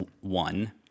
one